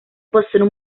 possono